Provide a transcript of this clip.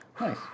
Nice